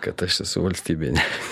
kad aš esu valstybininkas